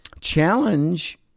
challenge